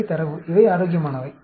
இவை தரவு இவை ஆரோக்கியமானவை